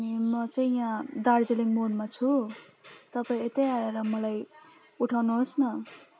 अनि म चाहिँ यहाँ दार्जिलिङ मोडमा छु तपाईँ यतै आएर मलाई उठाउनु होस् न